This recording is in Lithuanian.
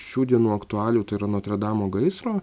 šių dienų aktualijų tai yra notre damo gaisro